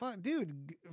dude